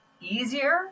easier